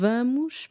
Vamos